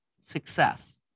success